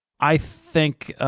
i think,